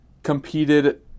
competed